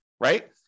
right